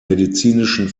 medizinischen